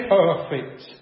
perfect